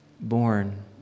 born